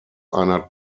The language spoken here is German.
einer